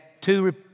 two